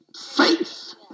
faith